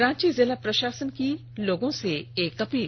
रांची जिला प्रषासन की लोगों से एक अपील